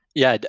yeah,